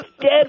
dead